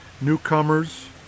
newcomers